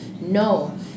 no